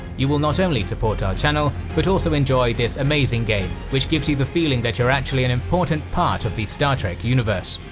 you will not only support our channel, but also enjoy this amazing game, which gives you the feeling that you are actually an important part of the star trek universe!